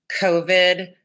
COVID